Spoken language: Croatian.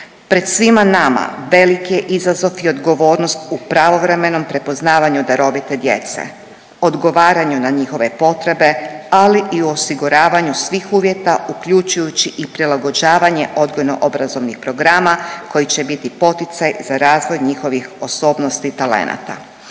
Pred svima nama velik je izazov i odgovornost u pravovremenom prepoznavanju darovite djece, odgovaranju na njihove potrebe, ali i u osiguravanju svih uvjeta uključujući i prilagođavanje odgojno obrazovnih programa koji će biti poticaj za razvoj njihovih osobnosti i talenata.